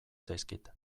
zaizkit